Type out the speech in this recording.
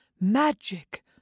magic